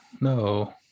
no